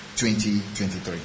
2023